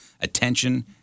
attention